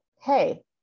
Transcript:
Hey